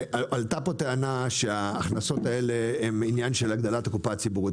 עלתה פה טענה שההכנסות האלה הן עניין של הגדלת הקופה הציבורית,